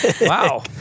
Wow